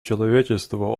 человечество